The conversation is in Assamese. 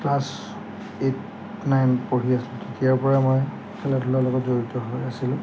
ক্লাছ এইট নাইন পঢ়ি আছিলোঁ তেতিয়াৰ পৰা মই খেলা ধূলাৰ লগত জড়িত হৈ আছিলোঁ